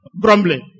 grumbling